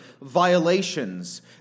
violations